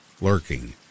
lurking